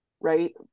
right